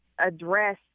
address